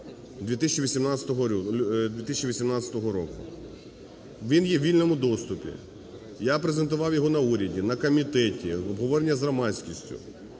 2018 року. Він є в вільному доступі. Я презентував його на уряді, на комітеті, в обговоренні з громадськістю.